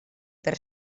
per